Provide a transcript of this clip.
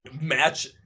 match